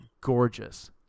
gorgeous